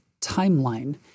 timeline